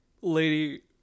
lady